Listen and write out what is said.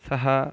सः